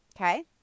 Okay